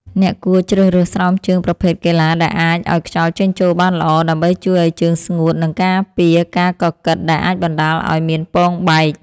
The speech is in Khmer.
អ្នកគួរជ្រើសរើសស្រោមជើងប្រភេទកីឡាដែលអាចឱ្យខ្យល់ចេញចូលបានល្អ ដើម្បីជួយឱ្យជើងស្ងួត និងការពារការកកិតដែលអាចបណ្ដាលឱ្យមានពងបែក។